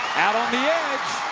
out on the edge.